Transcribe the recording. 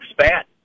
spat